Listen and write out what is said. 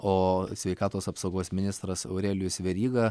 o sveikatos apsaugos ministras aurelijus veryga